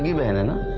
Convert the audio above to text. man and